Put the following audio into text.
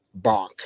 bonk